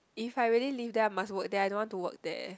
if I really live there I must work there I don't want to work there